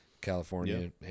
california